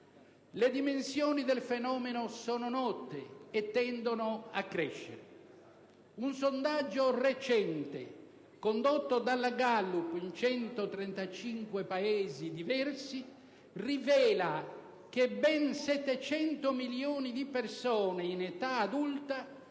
Le dimensioni del fenomeno sono note e tendono a crescere. Un sondaggio recente, condotto dalla *Gallup* in 135 Paesi diversi, rivela che ben 700 milioni di persone in età adulta